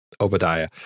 Obadiah